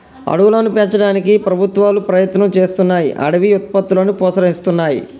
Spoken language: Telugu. అడవులను పెంచడానికి ప్రభుత్వాలు ప్రయత్నం చేస్తున్నాయ్ అడవి ఉత్పత్తులను ప్రోత్సహిస్తున్నాయి